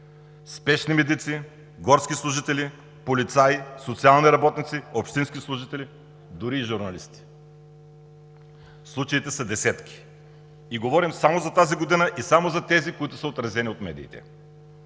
спешни медици, горски служители, полицаи, социални работници, общински служители, дори и журналисти. Случаите са десетки. И говорим само за тази година и само за тези, отразени от медиите.